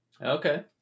Okay